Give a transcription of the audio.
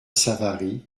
savary